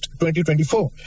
2024